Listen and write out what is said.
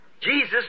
Jesus